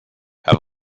have